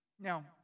Now